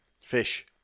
Fish